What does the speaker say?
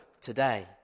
today